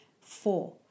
four